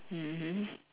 mmhmm